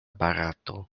barato